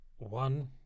one